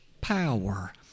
power